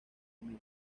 mínimo